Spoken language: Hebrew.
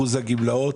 גובה הסיוע הוגדל.